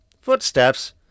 footsteps